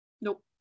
Nope